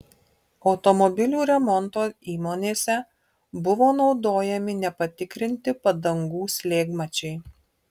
automobilių remonto įmonėse buvo naudojami nepatikrinti padangų slėgmačiai